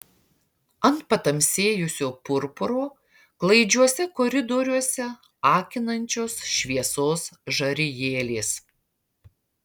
ant patamsėjusio purpuro klaidžiuose koridoriuose akinančios šviesos žarijėlės